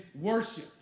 worship